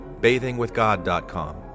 bathingwithgod.com